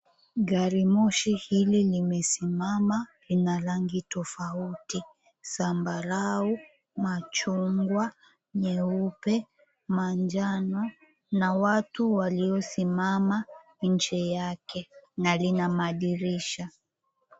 Gari moshi hili limesimama lina rangi tofauti zambarau, machungwa, nyeupe, manjano na watu waliosimama nje yake na lina madirisha.